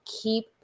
keep